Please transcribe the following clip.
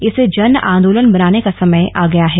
इसे जन आंदोलन बनाने का समय आ गया है